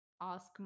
ask